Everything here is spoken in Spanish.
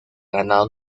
ganado